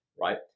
right